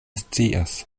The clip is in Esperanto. scias